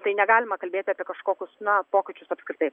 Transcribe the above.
tai negalima kalbėti apie kažkokius na pokyčius apskritai